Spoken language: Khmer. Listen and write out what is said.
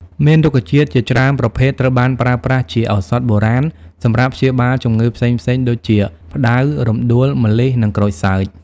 មានរុក្ខជាតិជាច្រើនប្រភេទត្រូវបានប្រើប្រាស់ជាឱសថបុរាណសម្រាប់ព្យាបាលជំងឺផ្សេងៗដូចជា ផ្ដៅ រំដួល ម្លិះ និងក្រូចសើច។